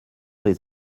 des